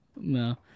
No